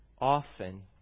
often